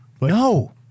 no